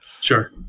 sure